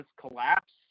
collapse